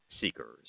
seekers